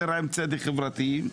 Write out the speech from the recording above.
יותר עם צדק חברתי?